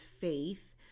faith